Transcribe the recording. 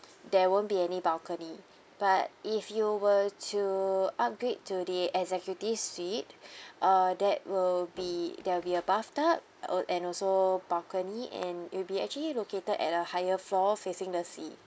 there won't be any balcony but if you were to upgrade to the executive suite uh that will be there will be a bathtub o~ and also balcony and it will be actually located at a higher floor facing the sea